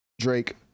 Drake